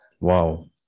Wow